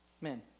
Men